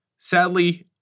Sadly